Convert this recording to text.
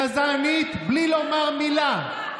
גזענית בלי לומר מילה,